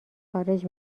خارج